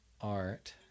art